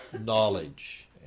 knowledge